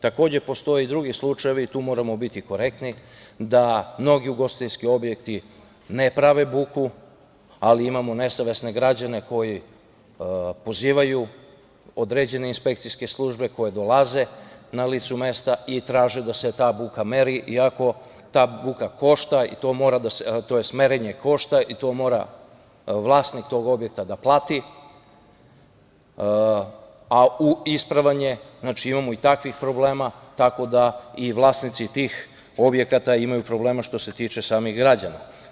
Takođe, postoje i drugi slučajevi, i tu moramo biti korektni, da mnogi ugostiteljski objekti ne prave buku, ali imamo nesavesne građane koji pozivaju određene inspekcijske službe, koje dolaze na lice mesta i traže da se ta buka meri, to merenje košta i to mora vlasnik tog objekta da plati, a ispravan je, znači, imamo i takvih problema, tako da i vlasnici tih objekata imaju problema što se tiče samih građana.